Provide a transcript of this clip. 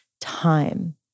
time